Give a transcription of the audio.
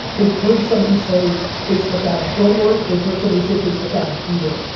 they've heard somebody say facebook ads don't work, they've heard somebody say facebook ads do work.